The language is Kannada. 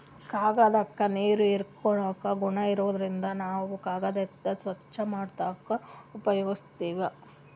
ಕಾಗ್ದಾಕ್ಕ ನೀರ್ ಹೀರ್ಕೋ ಗುಣಾ ಇರಾದ್ರಿನ್ದ ನಾವ್ ಕಾಗದ್ಲಿಂತ್ ಸ್ವಚ್ಚ್ ಮಾಡ್ಲಕ್ನು ಉಪಯೋಗಸ್ತೀವ್